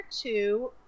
two